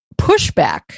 pushback